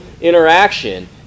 interaction